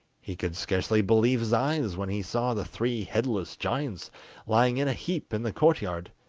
he could scarcely believe his eyes when he saw the three headless giants lying in a heap in the courtyard,